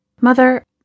Mother